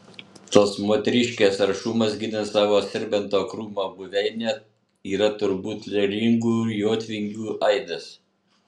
tos moteriškės aršumas ginant savo serbento krūmo buveinę yra turbūt karingųjų jotvingių aidas